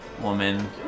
woman